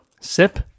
sip